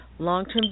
long-term